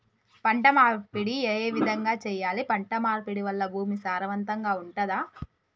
పంట మార్పిడి ఏ విధంగా చెయ్యాలి? పంట మార్పిడి వల్ల భూమి సారవంతంగా ఉంటదా?